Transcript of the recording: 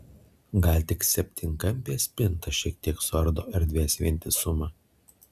gal tik septynkampė spinta šiek tiek suardo erdvės vientisumą